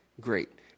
great